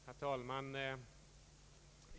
Herr talman!